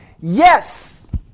Yes